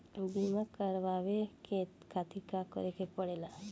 बीमा करेवाए के खातिर का करे के पड़ेला?